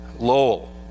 Lowell